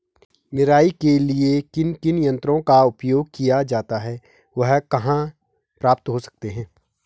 निराई के लिए किन किन यंत्रों का उपयोग किया जाता है वह कहाँ प्राप्त हो सकते हैं?